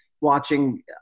watching